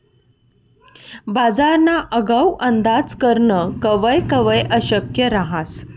बजारना आगाऊ अंदाज करनं कवय कवय अशक्य रहास